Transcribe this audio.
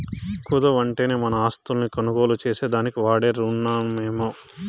కుదవంటేనే మన ఆస్తుల్ని కొనుగోలు చేసేదానికి వాడే రునమమ్మో